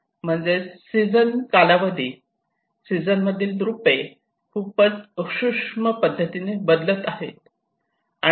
म्हणजेच सीझन कालावधी सीझन मधील रूपे खूपच सूक्ष्म बदल आहेत